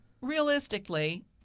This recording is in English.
realistically